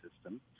system